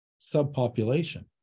subpopulation